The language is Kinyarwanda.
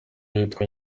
witwa